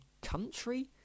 country